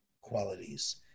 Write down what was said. qualities